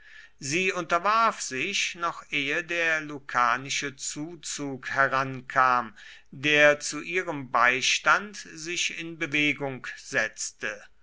sie unterwarf sich noch ehe der lucanische zuzug herankam der zu ihrem beistand sich in bewegung setzte